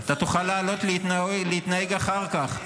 אתה תוכל לעלות להתנגד אחר כך.